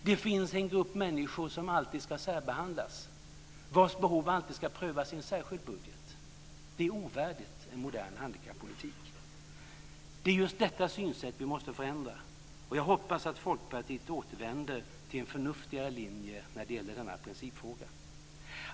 Det finns en grupp människor som alltid ska särbehandlas, vars behov alltid ska prövas i en särskild budget. Det är ovärdigt en modern handikappolitik. Det är just detta synsätt vi måste förändra, och jag hoppas att Folkpartiet återvänder till en förnuftigare linje när det gäller denna principfråga.